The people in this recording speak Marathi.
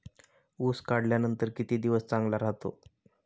ऊस काढल्यानंतर किती दिवस चांगला राहतो?